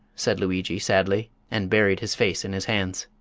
said luigi, sadly, and buried his face in his hands.